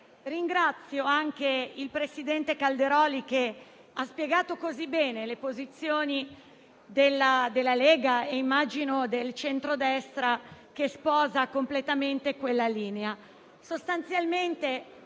Ringrazio anche il presidente Calderoli che ha spiegato così bene le posizioni della Lega e - immagino - del centrodestra che sposa completamente quella linea.